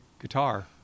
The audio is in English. guitar